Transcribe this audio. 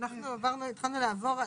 אנחנו התחלנו לעבור,